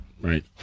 Right